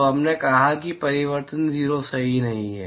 तो हमने कहा कि परावर्तन 0 नहीं है